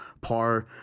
par